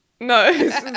No